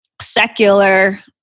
secular